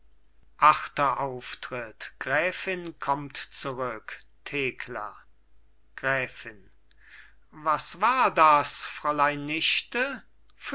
achter auftritt gräfin kommt zurück thekla gräfin was war das fräulein nichte